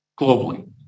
globally